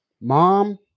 Mom